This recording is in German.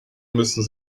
müssen